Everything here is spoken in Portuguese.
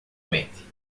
mente